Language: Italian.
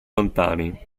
lontani